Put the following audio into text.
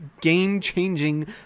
game-changing